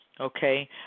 Okay